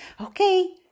Okay